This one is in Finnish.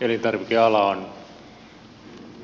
elintarvikeala on